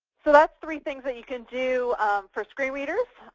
so that is three things that you can do for screen readers.